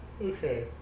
Okay